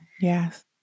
Yes